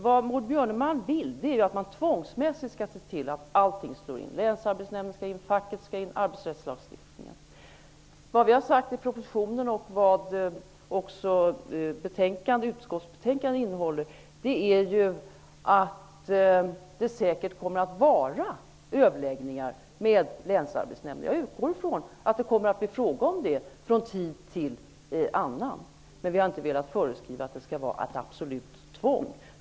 Maud Björnemalm vill att man tvångsmässigt skall se till att allting tillämpas: länsarbetsnämnden skall in, facket skall in, likaså arbetsrättslagstiftningen. I propositionen har vi sagt, liksom man säger i utskottbetänkandet, att det säkert kommer att vara överläggningar med länsarbetsnämnden. Jag utgår ifrån att det kommer att bli fråga om det från tid till annan, men vi har inte velat föreskriva att det skall vara ett absolut tvång.